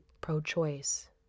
pro-choice